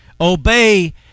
obey